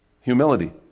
Humility